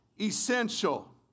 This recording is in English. essential